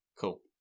Cool